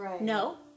no